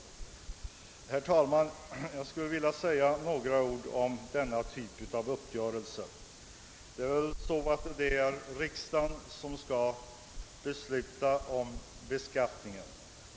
Jag skulle, herr talman, vilja säga några ord om den typ av uppgörelse som omnämnts av utskottet. Det är ju riksdagen som skall besluta om beskattning.